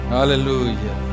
Hallelujah